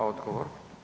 Odgovor.